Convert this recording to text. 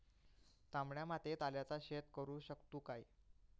तामड्या मातयेत आल्याचा शेत करु शकतू काय?